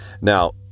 Now